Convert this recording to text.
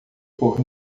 por